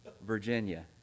Virginia